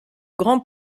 grand